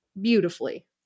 beautifully